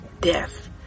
death